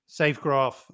Safegraph